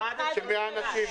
עדיין לעשות אירוע של 100 אנשים.